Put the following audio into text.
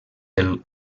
del